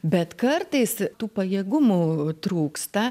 bet kartais tų pajėgumų trūksta